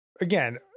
again